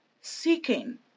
seeking